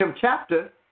chapter